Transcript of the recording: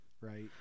Right